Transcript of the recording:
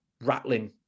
rattling